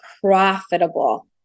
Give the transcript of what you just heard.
profitable